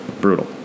Brutal